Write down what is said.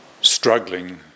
struggling